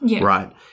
right